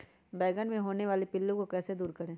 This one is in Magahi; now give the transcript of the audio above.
बैंगन मे होने वाले पिल्लू को कैसे दूर करें?